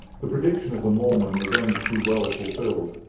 the prediction of the mormon was only too well fulfilled.